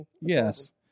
Yes